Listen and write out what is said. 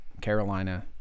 Carolina